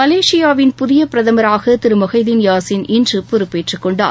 மலேசியாவின் புதிய பிரதமராக திரு முஹைதீன் யாசின் இன்று பொறுப்பேற்றுக்கொண்டார்